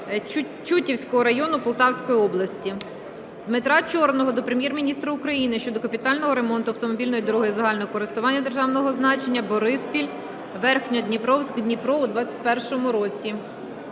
Чутівського району Полтавської області. Дмитра Чорного до Прем'єр-міністра України щодо капітального ремонту автомобільної дороги загального користування державного значення Бориспіль - Верхньодніпровськ - Дніпро у 2021 році.